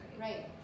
right